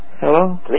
Hello